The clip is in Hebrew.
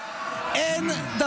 אז הלכתי ובדקתי מולם.